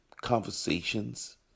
conversations